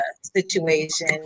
situation